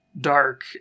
dark